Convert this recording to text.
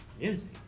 Music